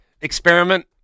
experiment